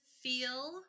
feel